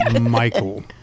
Michael